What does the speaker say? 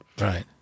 right